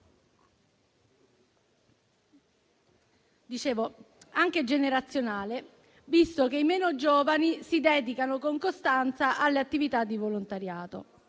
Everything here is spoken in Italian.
sostegno, anche generazionale, visto che i meno giovani si dedicano con costanza alle attività di volontariato.